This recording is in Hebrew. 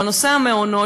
אבל המעונות,